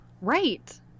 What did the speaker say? right